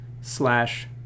slash